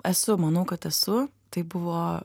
esu manau kad esu tai buvo